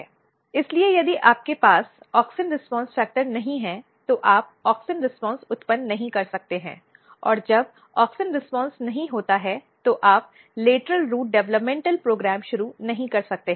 इसलिए यदि आपके पास ऑक्सिन रीस्पॉन्स फ़ैक्टर नहीं है तो आप ऑक्सिन रीस्पॉन्स उत्पन्न नहीं कर सकते हैं और जब ऑक्सिन रीस्पॉन्स नहीं होती है तो आप लेटरल रूट विकास कार्यक्रम शुरू नहीं कर सकते